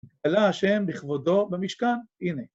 אלא ה' בכבודו במשכן, הנה.